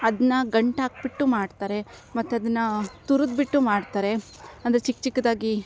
ಅದನ್ನ ಗಂಟು ಹಾಕಿಬಿಟ್ಟು ಮಾಡ್ತಾರೆ ಮತ್ತು ಅದನ್ನು ತುರುದ್ಬಿಟ್ಟು ಮಾಡ್ತಾರೆ ಅಂದರೆ ಚಿಕ್ಕ ಚಿಕ್ಕದಾಗಿ